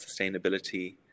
sustainability